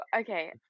okay